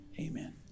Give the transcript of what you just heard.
amen